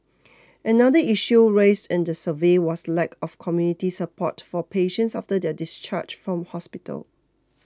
another issue raised in the survey was the lack of community support for patients after their discharge from hospital